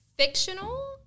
Fictional